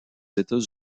états